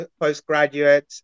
postgraduate